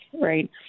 right